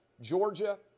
Georgia